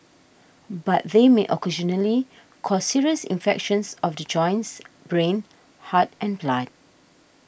but they may occasionally cause serious infections of the joints brain heart and blood